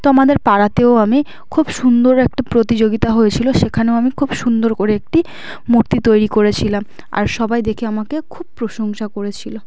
তো আমাদের পাড়াতেও আমি খুব সুন্দর একটা প্রতিযোগিতা হয়েছিল সেখানেও আমি খুব সুন্দর করে একটি মূর্তি তৈরি করেছিলাম আর সবাই দেখে আমাকে খুব প্রশংসা করেছিল